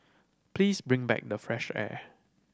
please bring back the fresh air